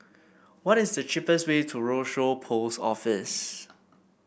what is the cheapest way to Rochor Post Office